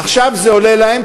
עכשיו זה עולה להם,